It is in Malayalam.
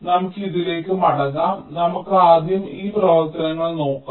നമുക്ക് ഇതിലേക്ക് മടങ്ങാം നമുക്ക് ആദ്യം ഈ പ്രവർത്തനങ്ങൾ നോക്കാം